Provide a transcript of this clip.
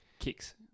Kicks